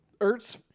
Ertz